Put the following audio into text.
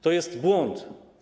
To jest błąd.